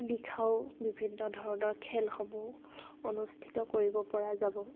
নিশাও বিভিন্ন ধৰণৰ খেলসমূহ অনুষ্ঠিত কৰিব পৰা যাব